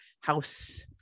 house